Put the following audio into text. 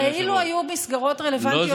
הרי אילו היו מסגרות רלוונטיות,